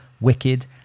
Wicked